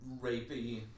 rapey